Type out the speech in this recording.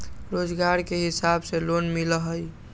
रोजगार के हिसाब से लोन मिलहई?